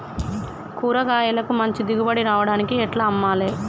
కూరగాయలకు మంచి దిగుబడి రావడానికి ఎట్ల అమ్మాలే?